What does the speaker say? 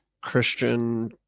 Christian